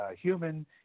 human